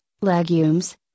legumes